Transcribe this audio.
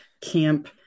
camp